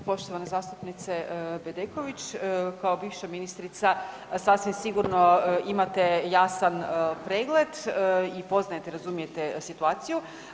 Pa poštovana zastupnice Bedeković, kao bivša ministrica sasvim sigurno jasan pregled i poznajete, razumijete situaciju.